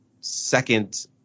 second